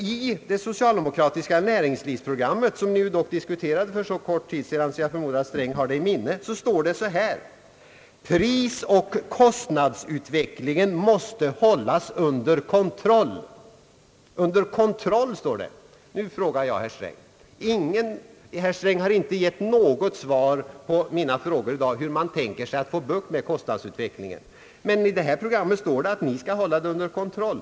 I det socialdemokratiska näringslivsprogrammet — som ni ju dock diskuterade för så kort tid sedan, att jag förmodar att herr Sträng har det i minnet — står det: »Prisoch kostnadsutvecklingen måste hållas under kontröll. : «5 Det står faktiskt »under kontroll». Herr Sträng har inte givit något svar på mina frågor i dag hur man tänker sig få bukt med kostnadsutvecklingen. I det här programmet står det, att ni skall hålla den »under kontroll».